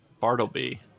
Bartleby